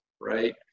right